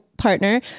partner